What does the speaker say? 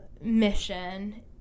mission